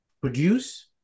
produce